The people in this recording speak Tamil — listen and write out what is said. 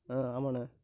ஆ ஆமாண்ணே